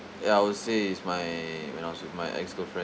ya I would say is my when I was with my ex girlfriend